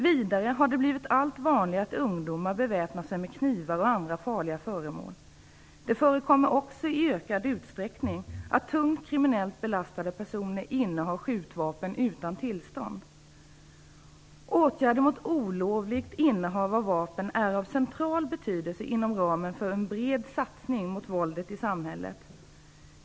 Vidare har det blivit allt vanligare att ungdomar beväpnar sig med knivar och andra farliga föremål. Det förekommer också i ökad utsträckning att tungt kriminellt belastade personer innehar skjutvapen utan tillstånd. Åtgärder mot olovligt innehav av vapen är av central betydelse inom ramen för en bred satsning mot våldet i samhället.